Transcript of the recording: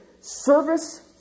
service